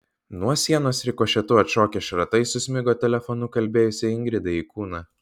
nuo sienos rikošetu atšokę šratai susmigo telefonu kalbėjusiai ingridai į kūną